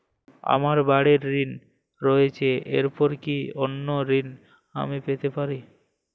আমার বাড়ীর ঋণ রয়েছে এরপর কি অন্য ঋণ আমি পেতে পারি?